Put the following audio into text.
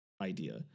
idea